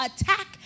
attack